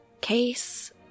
Case